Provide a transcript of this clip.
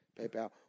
PayPal